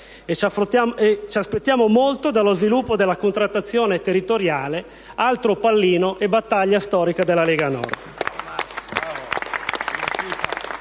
ci aspettiamo molto dallo sviluppo della contrattazione territoriale, altro pallino e battaglia storica della Lega Nord.